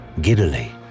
giddily